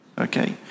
Okay